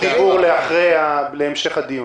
תנסי להיות פה לאלה שהם לא פה.